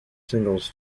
singles